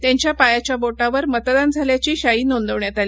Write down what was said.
त्यांच्या पायाच्या बोटावर मतदान झाल्याची शाई नोंदविण्यात आली